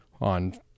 on